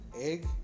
egg